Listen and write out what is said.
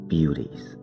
Beauties） 。